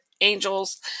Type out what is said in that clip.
angels